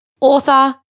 author